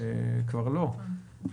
כבר לא.